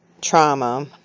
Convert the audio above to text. trauma